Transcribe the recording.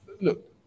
look